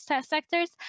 sectors